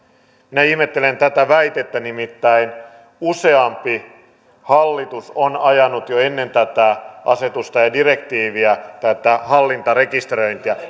minä ihmettelen tätä väitettä nimittäin useampi hallitus on ajanut jo ennen tätä asetusta ja direktiiviä tätä hallintarekisteröintiä